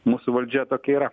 mūsų valdžia tokia yra